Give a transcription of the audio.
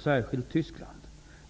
särskilt Tyskland.